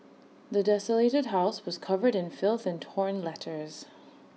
the desolated house was covered in filth and torn letters